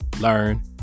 learn